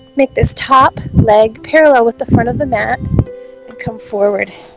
make this top leg parallel with the front of the mat and come forward